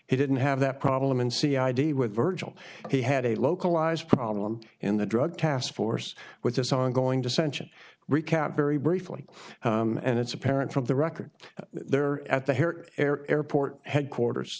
he didn't have that problem and see id with virgil he had a localized problem in the drug task force with this ongoing dissension recap very briefly and it's apparent from the record there at the hair care airport headquarters